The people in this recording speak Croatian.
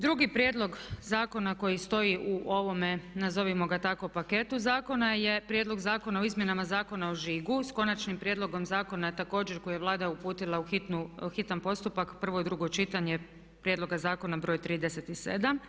Drugi prijedlog zakona koji stoji u ovome nazovimo ga tako paketu zakona je prijedlog Zakona o izmjenama Zakona o žigu s konačnim prijedlogom zakona također koji je Vlada uputila u hitan postupak, prvo i drugo čitanje, prijedloga zakona broj 37.